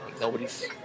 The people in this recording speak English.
nobody's